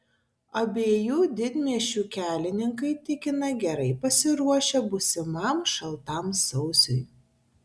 abiejų didmiesčių kelininkai tikina gerai pasiruošę būsimam šaltam sausiui